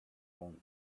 own